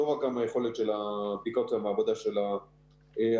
לא רק היכולת של הבדיקות המעבדה --- איתמר,